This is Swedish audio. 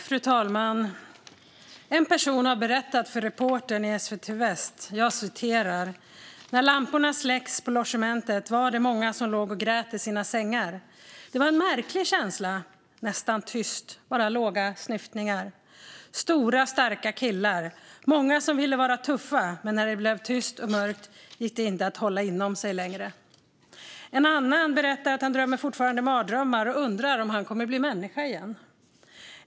Fru talman! En person berättar följande för reportern på SVT Väst: "När lamporna släcktes på logementet var det många som låg och grät i sina sängar. Det var en så märklig känsla. Nästan tyst, bara låga snyftningar. Stora och starka killar. Många som ville vara tuffa, men när det blev tyst och mörkt gick det inte att hålla inom sig längre." En annan berättar att han fortfarande drömmer mardrömmar och undrar om han kommer att bli människa igen.